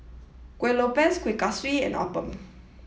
Kuih Lopes Kuih Kaswi and Appam